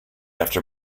after